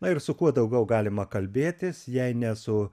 na ir su kuo daugiau galima kalbėtis jei ne su